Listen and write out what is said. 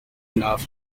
enough